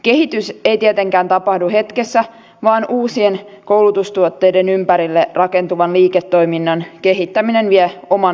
kehitys ei tietenkään tapahdu hetkessä vaan uusien koulutustuotteiden ympärille rakentuvan liiketoiminnan kehittäminen vie oman aikansa